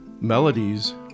melodies